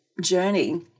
journey